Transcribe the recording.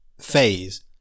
phase